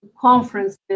conferences